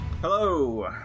Hello